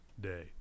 Day